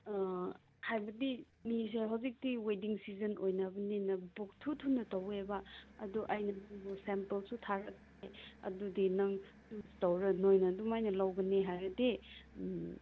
ꯑꯥ ꯍꯥꯏꯕꯗꯤ ꯃꯤꯁꯦ ꯍꯧꯖꯤꯛꯇꯤ ꯋꯦꯗꯤꯡ ꯁꯤꯖꯟ ꯑꯣꯏꯅꯕꯅꯤꯅ ꯄꯪꯊꯨ ꯊꯨꯅ ꯇꯧꯋꯦꯕ ꯑꯗꯨ ꯑꯩꯅ ꯅꯪꯕꯨ ꯁꯦꯝꯄꯜꯁꯨ ꯊꯥꯔꯛꯀꯦ ꯑꯗꯨꯗꯤ ꯅꯪ ꯆꯨꯁ ꯇꯧꯔꯒ ꯅꯈꯣꯏꯅ ꯑꯗꯨꯃꯥꯏꯅ ꯂꯧꯕꯅꯤ ꯍꯥꯏꯔꯗꯤ ꯎꯝ